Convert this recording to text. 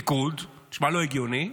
ליכוד, נשמע לא הגיוני,